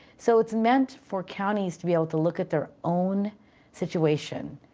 so it's meant for counties to be able to look at their own situation,